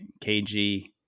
KG